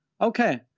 Okay